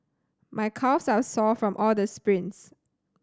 my calves are sore from all the sprints